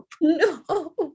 No